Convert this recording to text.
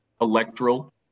electoral